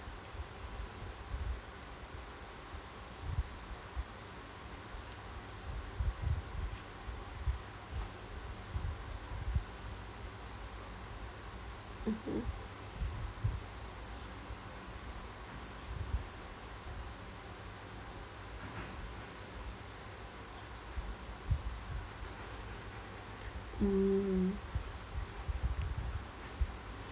mmhmm mm